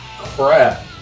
crap